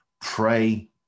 pray